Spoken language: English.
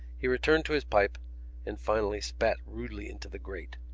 he returned to his pipe and finally spat rudely into the grate.